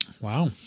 Wow